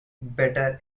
better